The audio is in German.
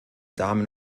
damen